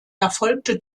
erfolgte